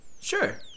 sure